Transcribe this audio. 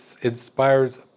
inspires